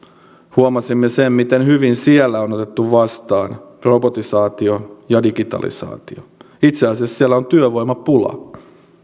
huomasimme sen miten hyvin siellä on otettu vastaan robotisaatio ja digitalisaatio itse asiassa siellä on työvoimapula